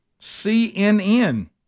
CNN